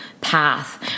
path